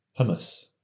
hummus